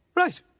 right.